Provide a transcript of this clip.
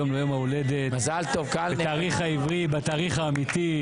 היום הוא יום ההולדת בתאריך העברי, בתאריך האמיתי.